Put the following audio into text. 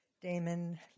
Damon